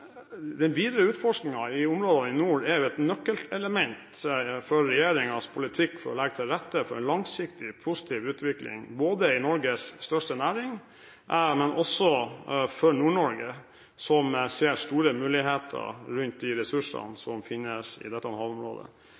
den videre utforskningen av områdene i nord et nøkkelelement i regjeringens politikk for å legge til rette for en langsiktig, positiv utvikling i Norges største næring, men også for Nord-Norge, som ser store muligheter rundt de ressursene som finnes i dette havområdet.